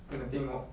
kena tengok